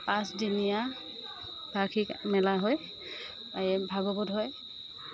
পাঁচদিনীয়া বাৰ্ষিক মেলা হয় এই ভাগৱত হয়